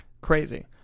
Crazy